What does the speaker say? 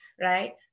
right